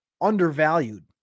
undervalued